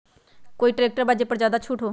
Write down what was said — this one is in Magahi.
कोइ ट्रैक्टर बा जे पर ज्यादा छूट हो?